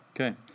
Okay